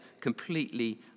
completely